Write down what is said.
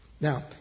Now